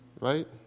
right